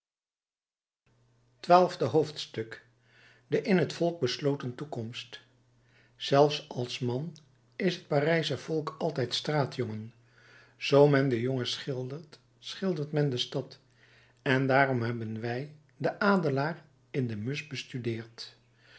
twaalfde hoofdstuk de in het volk besloten toekomst zelfs als man is het parijsche volk altijd straatjongen zoo men den jongen schildert schildert men de stad en daarom hebben wij den adelaar in de musch bestudeerd